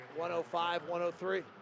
105-103